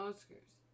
Oscars